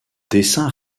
dessin